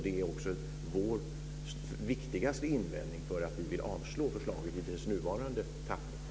Det är också vår viktigaste invändning för att vi vill avslå förslaget i dess nuvarande tappning.